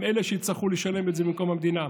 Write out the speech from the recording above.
הם אלה שיצטרכו לשלם את זה במקום המדינה.